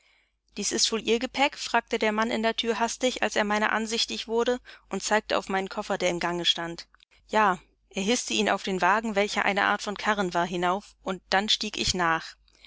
dies ist wohl ihr gepäck sagte der mann in der thür hastig als er meiner ansichtig wurde und zeigte auf meinen koffer der im gange stand ja er hißte ihn auf den wagen welcher eine art von karren war hinauf und dann stieg ich nach